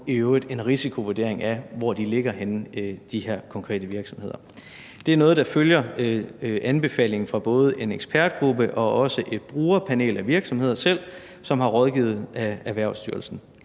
på en risikovurdering af, hvor de her konkrete virksomheder ligger henne. Det er noget, der følger anbefalingen fra både en ekspertgruppe og også et brugerpanel af virksomheder, som har rådgivet Erhvervsstyrelsen.